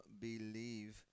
believe